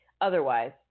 otherwise